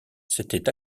s’était